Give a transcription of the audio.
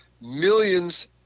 millions